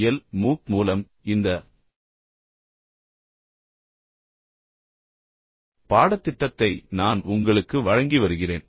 L MOOC மூலம் இந்த பாடத்திட்டத்தை நான் உங்களுக்கு வழங்கி வருகிறேன்